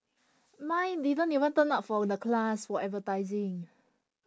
mine didn't even turn up for the class for advertising